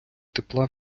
тепла